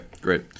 great